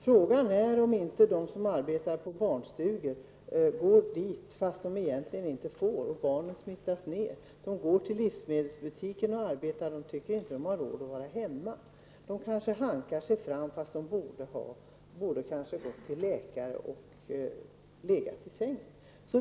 Frågan är om inte de som arbetar på barnstugor går dit trots att de egentligen inte borde, och barnen smittas ned. De som arbetar i livsmedelsbutiker går till sitt arbete även om de är sjuka. De tycker inte att de har råd att vara hemma. De kanske hankar sig fram trots att de borde gått till läkare och legat till sängs.